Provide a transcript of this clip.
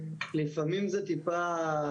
לפעמים זה טיפה,